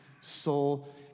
soul